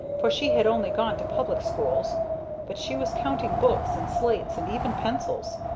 for she had only gone to public schools but she was counting books and slates and even pencils